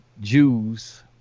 Jews